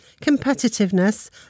competitiveness